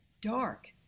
dark